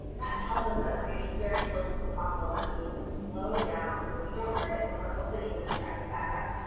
that tells us that we're getting very close to the fossil and that we need to slow down so that we don't hurt it when we're opening this jacket back up.